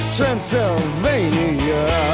Transylvania